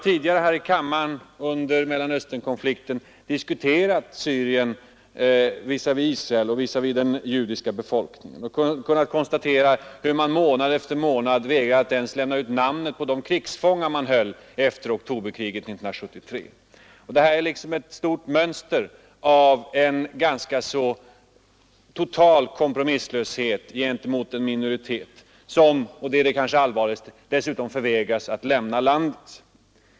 Under Mellanösternkonflikten diskuterade vi här i kammaren Syrien visavi Israel och visavi den judiska minoriteten, och då konstaterade vi hur man i Syrien månad efter månad hade vägrat att ens lämna ut namnen på de krigsfångar man hade efter oktoberkriget 1973. Detta är som ett stort mönster av en total syrisk kompromisslöshet gentemot den judiska minoriteten som — och det är det som är så allvarligt — dessutom förvägras lämna landet.